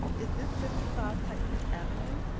is this fifty five texas avenue.